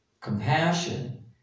compassion